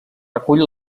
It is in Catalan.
recull